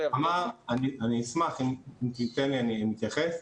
אני אשמח, אם תיתן לי אני אתייחס.